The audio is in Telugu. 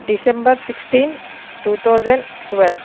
December sixteen two thousand twelve